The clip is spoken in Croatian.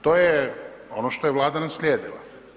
To je ono što je Vlada naslijedila.